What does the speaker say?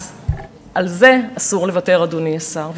אז על זה אסור לוותר, אדוני השר.